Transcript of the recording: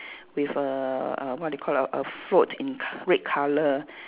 with a uh what do you call ah a float in k~ red colour